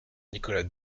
nicolas